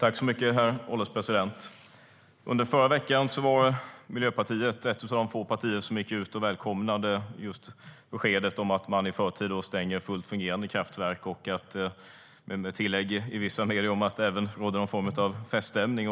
Herr ålderspresident! I förra veckan var Miljöpartiet ett av de få partier som gick ut och välkomnade beskedet att fullt fungerande kärnkraftverk stängs i förtid. I vissa medier fanns tillägget att det rådde någon form av feststämning.